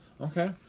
Okay